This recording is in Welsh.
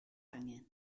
angen